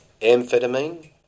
amphetamine